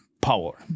power